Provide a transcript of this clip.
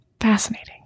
fascinating